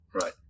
right